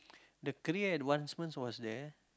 the career advancement was there